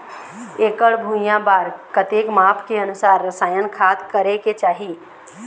एकड़ भुइयां बार कतेक माप के अनुसार रसायन खाद करें के चाही?